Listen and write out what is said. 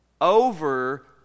over